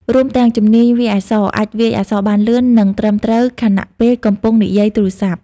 រួមទាំង ជំនាញវាយអក្សរ អាចវាយអក្សរបានលឿន និងត្រឹមត្រូវខណៈពេលកំពុងនិយាយទូរស័ព្ទ។